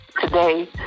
today